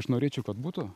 aš norėčiau kad būtų